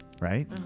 Right